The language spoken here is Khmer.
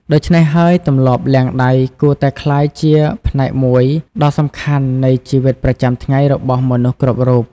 ដូច្នេះហើយ ទម្លាប់លាងដៃគួរតែក្លាយជាផ្នែកមួយដ៏សំខាន់នៃជីវិតប្រចាំថ្ងៃរបស់មនុស្សគ្រប់រូប។